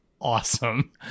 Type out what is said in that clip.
Awesome